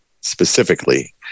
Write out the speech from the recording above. specifically